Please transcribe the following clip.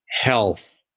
health